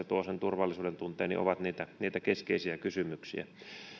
tuo sen turvallisuudentunteen ovat niitä niitä keskeisiä kysymyksiä